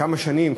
כמה שנים,